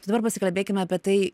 dabar pasikalbėkime apie tai